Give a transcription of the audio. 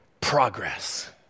progress